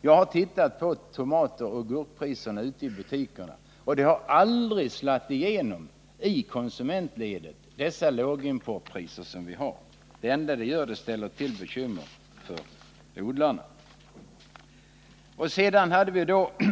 jag också tittat på tomatoch gurkpriserna ute i butikerna. De låga importpriserna har aldrig slagit igenom i konsumentledet. De ställer bara till bekymmer för odlarna.